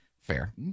Fair